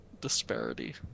disparity